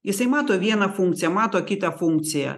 jisai mato vieną funkciją mato kitą funkciją